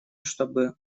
чтобы